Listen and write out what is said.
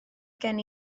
gen